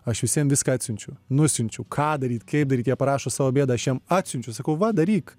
aš visiem viską atsiunčiu nusiunčiu ką daryt kaip daryt jie parašo savo bėdą aš jiem atsiunčiu sakau va daryk